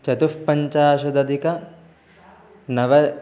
चतुःपञ्चाशदधिकनव